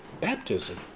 baptism